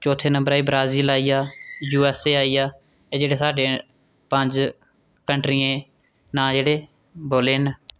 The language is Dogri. चौथे नम्बर ई ब्राज़ील आई गेआ यूएसए आई गेआ एह् जेह्ड़े साढ़ै पंज कंट्रियें दे नांऽ जेह्ड़े बोले न